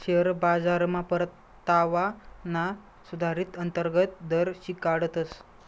share बाजारमा परतावाना सुधारीत अंतर्गत दर शिकाडतस